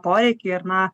poreikį ir na